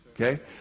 Okay